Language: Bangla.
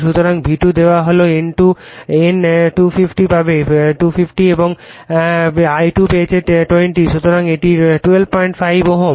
সুতরাং V2 দেওয়া হল N 250 পাবে 250 এবং I2 পেয়েছে 20 সুতরাং এটি 125 ওহম